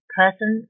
person